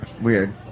weird